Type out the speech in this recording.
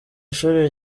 ishuri